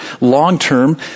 long-term